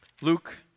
Luke